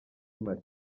mali